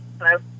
Hello